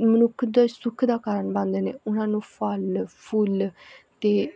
ਮਨੁੱਖ ਦੇ ਸੁੱਖ ਦਾ ਕਾਰਨ ਬਣਦੇ ਨੇ ਉਹਨਾਂ ਨੂੰ ਫਲ ਫੁੱਲ ਅਤੇ